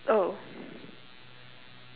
oh